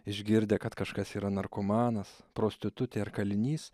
išgirdę kad kažkas yra narkomanas prostitutė ar kalinys